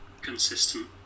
consistent